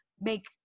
make